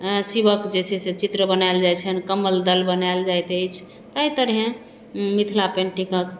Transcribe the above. शिवक जे छै से चित्र बनायल जाइत छनि कमलदल बनायल जाइत अछि एहि तरहेँ मिथिला पेन्टिङ्गक